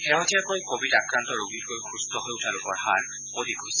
শেহতীয়াকৈ কোৱিড আক্ৰান্ত ৰোগীতকৈ সুস্থ হৈ উঠা লোকৰ হাৰ অধিক হৈছে